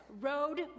road